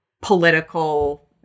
political